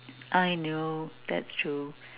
I know that's true